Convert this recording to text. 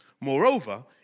Moreover